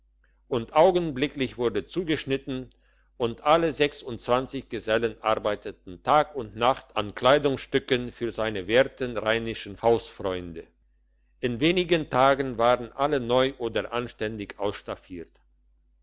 und augenblicklich wurde zugeschnitten und alle sechsundzwanzig gesellen arbeiteten tag und nacht an kleidungsstücken für seine werten rheinländischen hausfreunde in wenig tagen waren alle neu oder anständig